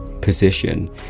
position